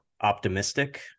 optimistic